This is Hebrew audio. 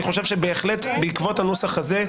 אני חושב בהחלט בעקבות הנוסח הזה,